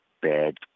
bad